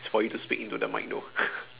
it's for you to speak into the mic though